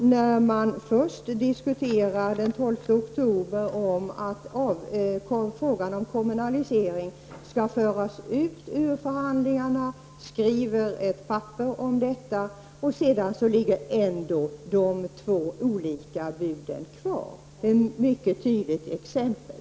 Först diskuterade man den 12 oktober om att kommunaliseringsfrågan skulle föras ut ur förhandlingarna, och man skrev papper om detta . Sedan låg ändå de två olika buden kvar. Det är ett mycket tydligt exempel.